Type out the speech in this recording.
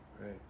right